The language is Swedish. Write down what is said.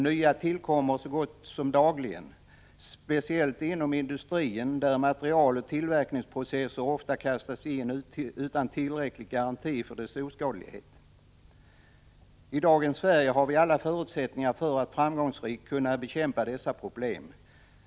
Nya tillkommer så gott som dagligen, speciellt inom industrin, där material och tillverkningsprocesser ofta kastas in utan tillräcklig garanti för deras oskadlighet. I dagens Sverige har vi alla förutsättningar för att framgångsrikt bekämpa detta problem.